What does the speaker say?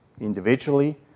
individually